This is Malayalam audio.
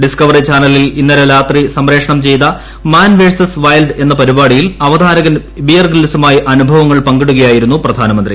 ഡിസ്കവറി ചാനലിൽ ഇന്നലെ രാത്രി സംപ്രേഷണം ചെയ്ത മാൻ വേഴ്സ്ക്സ് വൈൽഡ് എന്ന പരിപാടിയിൽ അവതാരകൻ ബിയർ ഗ്രിൽസുമായി അനുഭവങ്ങൾ പങ്കിടുകയായിരുന്നു പ്രധാനമന്ത്രി